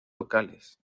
locales